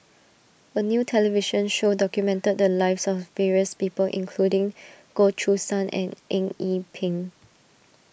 a new television show documented the lives of various people including Goh Choo San and Eng Yee Peng